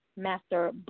master